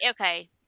okay